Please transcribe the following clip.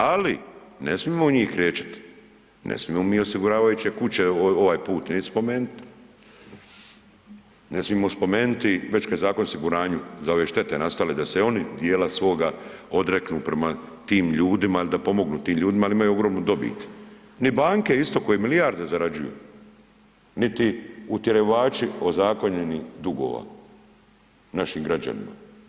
Ali ne smimo u njih krećati, ne smimo osiguravajuće kuće ovaj put neću spomenut, ne smimo spomenuti već kada je zakon o osiguranju za ove štete nastale da se oni dijela svoga odreknu prema tim ljudima ili da pomognu tim ljudima jel imaju ogromnu dobit, ni banke isto koje milijarde zarađuju, niti utjerivači ozakonjeni dugova našim građanima.